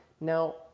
Now